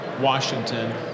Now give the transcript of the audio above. Washington